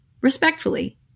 respectfully